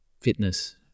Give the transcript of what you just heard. fitness